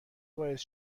باعث